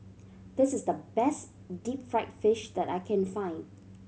this is the best deep fried fish that I can find